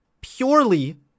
purely